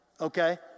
Okay